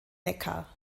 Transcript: neckar